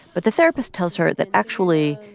but the therapist tells her that actually,